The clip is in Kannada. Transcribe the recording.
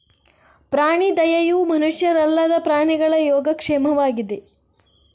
ಪ್ರಾಣಿ ದಯೆಯು ಮನುಷ್ಯರಲ್ಲದ ಪ್ರಾಣಿಗಳ ಯೋಗಕ್ಷೇಮವಾಗಿದೆ